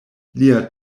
lia